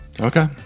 Okay